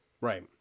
Right